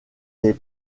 des